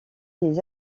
des